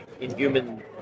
inhuman